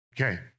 Okay